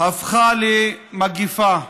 הפכה למגפה,